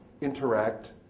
interact